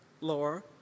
Laura